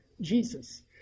Jesus